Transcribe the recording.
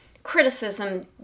criticism